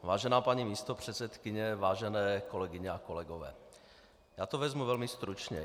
Vážená paní místopředsedkyně, vážené kolegyně a kolegové, já to vezmu velmi stručně.